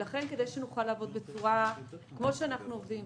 לכן כדי שנוכל לעבוד כפי שאנחנו עובדים,